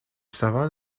savant